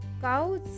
cows